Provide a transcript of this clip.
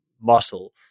muscle